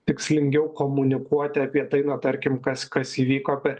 tikslingiau komunikuoti apie tai na tarkim kas kas įvyko per